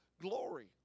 glory